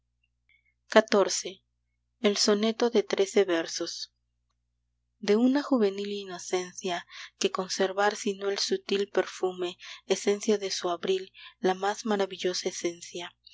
xiv el soneto de trece versos de una juvenil inocencia qué conservar sino el sutil perfume esencia de su abril la más maravillosa esencia